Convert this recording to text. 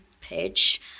page